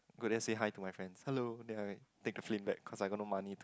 go there and say hi to my friends hello then I may take a plane back cause I got no money to